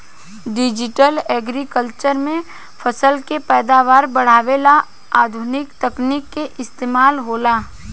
digital agriculture में फसल के पैदावार बढ़ावे ला आधुनिक तकनीक के इस्तमाल होला